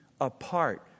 apart